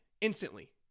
instantly